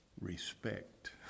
respect